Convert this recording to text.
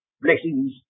blessings